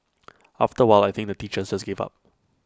after A while I think the teachers just gave up